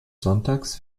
sonntags